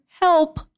Help